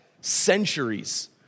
centuries